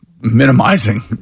minimizing